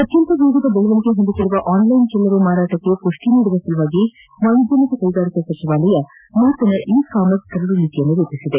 ಅತ್ಯಂತ ವೇಗದ ಬೆಳವಣಿಗೆ ಹೊಂದುತ್ತಿರುವ ಆನ್ಲೈನ್ ಚಿಲ್ಲರೆ ಮಾರಟಕ್ಕೆ ಪುಷ್ಟಿ ನೀಡುವ ಸಲುವಾಗಿ ವಾಣಿಜ್ಯ ಮತ್ತು ಕೈಗಾರಿಕೆ ಸಚಿವಾಲಯವು ನೂತನ ಇ ಕಾಮರ್ಸ್ ಕರಡು ನೀತಿ ರೂಪಿಸಿದೆ